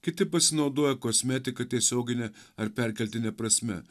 kiti pasinaudoja kosmetika tiesiogine ar perkeltine prasme